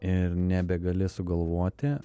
ir nebegali sugalvoti